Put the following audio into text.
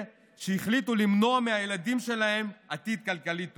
שהחליטו למנוע מהילדים שלהם עתיד כלכלי טוב.